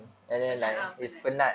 penat ah penat